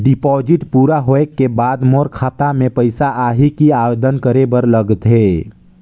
Deposit पूरा होय के बाद मोर खाता मे पइसा आही कि आवेदन करे बर लगथे?